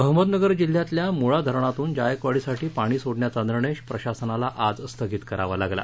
अहमदनगर जिल्ह्यातल्या मुळा धरणातून जायकवाडीसाठी पाणी सोडण्याचा निर्णय प्रशासनाला आज स्थगित करावा लागला